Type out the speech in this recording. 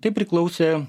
tai priklausė